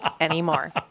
anymore